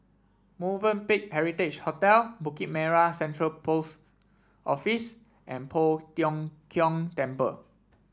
Movenpick Heritage Hotel Bukit Merah Central Post Office and Poh Tiong Kiong Temple